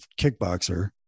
kickboxer